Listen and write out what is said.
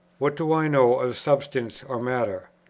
what do i know of substance or matter?